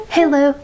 Hello